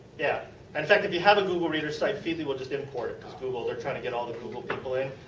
yeah in fact if you have a google reader site, feedly will just import it because they are trying to get all the google people in.